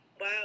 wow